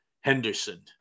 henderson